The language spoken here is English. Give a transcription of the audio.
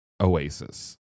Oasis